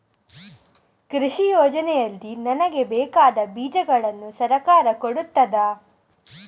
ಕೃಷಿ ಯೋಜನೆಯಲ್ಲಿ ನನಗೆ ಬೇಕಾದ ಬೀಜಗಳನ್ನು ಸರಕಾರ ಕೊಡುತ್ತದಾ?